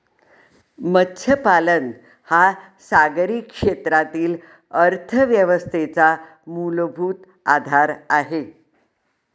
मत्स्यपालन हा सागरी क्षेत्रातील अर्थव्यवस्थेचा मूलभूत आधार आहे